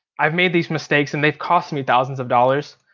i've made these mistakes, and they've cost me thousands of dollars.